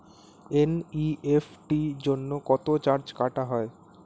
NEFT জন্য কত charge কাটা হয়?